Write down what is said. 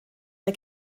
der